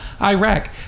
iraq